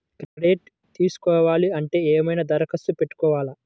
Credit తీసుకోవాలి అంటే ఏమైనా దరఖాస్తు పెట్టుకోవాలా?